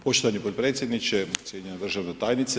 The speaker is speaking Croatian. Poštovani potpredsjedniče, cijenjena državna tajnice.